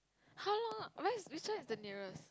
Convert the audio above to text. how long where is which one is the nearest